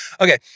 Okay